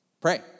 Pray